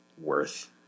worth